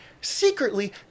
Secretly